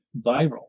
viral